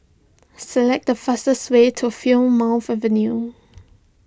select the fastest way to Plymouth Avenue